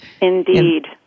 Indeed